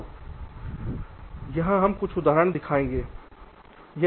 तो यहाँ कुछ उदाहरण दिखाया गया है